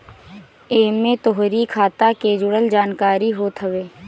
एमे तोहरी खाता के जुड़ल जानकारी होत हवे